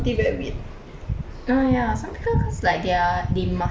oh ya some people cause like they're they must have something